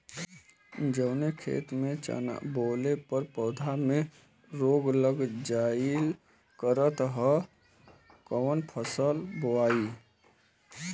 जवने खेत में चना बोअले पर पौधा में रोग लग जाईल करत ह त कवन फसल बोआई?